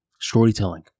storytelling